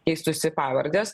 keistųsi pavardės